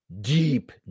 deep